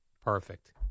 Perfect